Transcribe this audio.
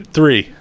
Three